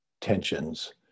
tensions